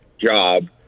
job